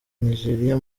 nigeria